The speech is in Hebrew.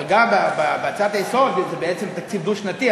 אבל גם בהצעת חוק-היסוד זה בעצם תקציב דו-שנתי,